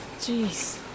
Jeez